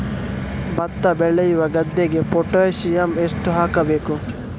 ಭತ್ತ ಬೆಳೆಯುವ ಗದ್ದೆಗೆ ಪೊಟ್ಯಾಸಿಯಂ ಎಷ್ಟು ಹಾಕಬೇಕು?